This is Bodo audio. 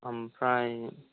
ओमफ्राय